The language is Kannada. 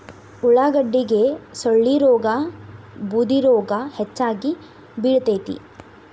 ಉಳಾಗಡ್ಡಿಗೆ ಸೊಳ್ಳಿರೋಗಾ ಬೂದಿರೋಗಾ ಹೆಚ್ಚಾಗಿ ಬಿಳತೈತಿ